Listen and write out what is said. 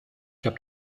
habe